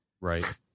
Right